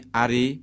ari